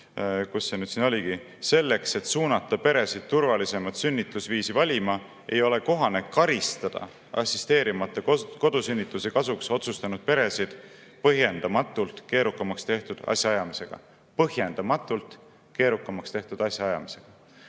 Kus see nüüd oligi? "Selleks, et suunata peresid turvalisemat sünnitusviisi valima, ei ole kohane "karistada" assisteerimata kodusünnituse kasuks otsustanud peresid põhjendamatult keerukamaks tehtud asjaajamisega." Põhjendamatult keerukamaks tehtud asjaajamisega.